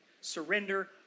Surrender